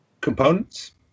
components